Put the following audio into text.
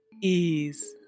Ease